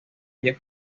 ellas